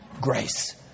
grace